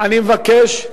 אני מבקש,